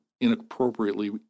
inappropriately